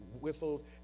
whistled